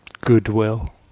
goodwill